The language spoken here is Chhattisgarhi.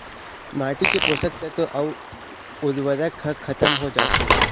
माटी के पोसक तत्व अउ उरवरक ह खतम हो जाथे